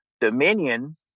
Dominion